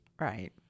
right